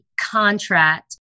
contract